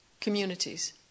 communities